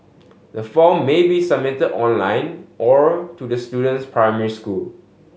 the form may be submitted online or to the student's primary school